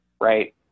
right